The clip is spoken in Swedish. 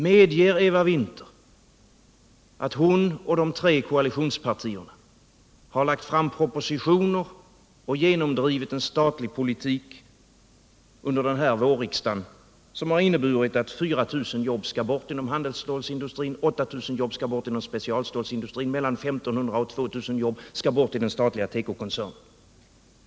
Medger Eva Winther att hon och de tre koalitationspartierna under denna vårriksdag har lagt fram propositioner och drivit en statlig politik som fått till följd att 4 000 jobb skall bort inom handelsstålsindustrin, 8 000 skall bort inom specialstålsindustrin och mellan 1 500 och 2 000 jobb skall bort i den statliga tekokoncernen?